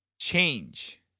Change